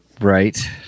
Right